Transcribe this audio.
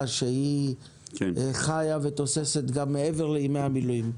שהיא חיה ותוססת גם מעבר לימי המילואים.